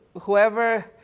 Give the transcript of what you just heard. whoever